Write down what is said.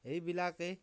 এইবিলাকেই